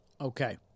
Okay